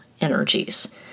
energies